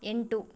ಎಂಟು